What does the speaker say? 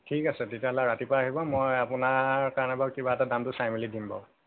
ঠিক আছে তেতিয়াহ'লে ৰাতিপুৱাই আহিব মই আপোনাৰ কাৰণে বাৰু কিবা এটা দামটো চাই মেলি দিম বাৰু